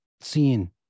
seen